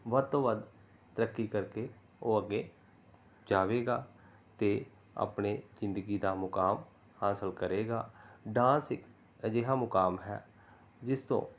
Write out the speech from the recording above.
ਵੱਧ ਤੋਂ ਵੱਧ ਤਰੱਕੀ ਕਰਕੇ ਉਹ ਅੱਗੇ ਜਾਵੇਗਾ ਅਤੇ ਆਪਣੇ ਜ਼ਿੰਦਗੀ ਦਾ ਮੁਕਾਮ ਹਾਸਿਲ ਕਰੇਗਾ ਡਾਂਸ ਇੱਕ ਅਜਿਹਾ ਮੁਕਾਮ ਹੈ ਜਿਸ ਤੋਂ